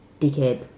dickhead